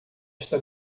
está